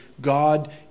God